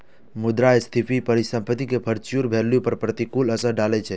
मुद्रास्फीति परिसंपत्ति के फ्यूचर वैल्यू पर प्रतिकूल असर डालै छै